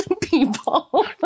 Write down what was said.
people